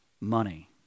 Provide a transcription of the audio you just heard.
money